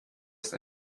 ist